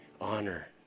honor